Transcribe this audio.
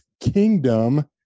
kingdom